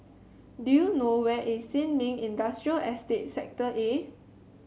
do you know where is Sin Ming Industrial Estate Sector A